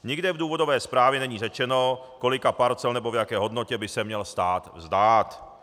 Nikde v důvodové zprávě není řečeno, kolika parcel nebo v jaké hodnotě by se měl stát vzdát.